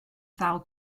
ddal